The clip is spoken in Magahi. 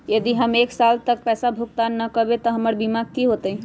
यदि हम एक साल तक पैसा भुगतान न कवै त हमर बीमा के की होतै?